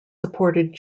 supported